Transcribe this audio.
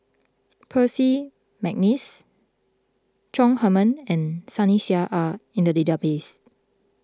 Percy McNeice Chong Heman and Sunny Sia are in the database